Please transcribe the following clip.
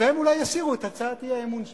והם אולי יסירו את הצעת האי-אמון שלהם.